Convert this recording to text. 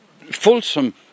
fulsome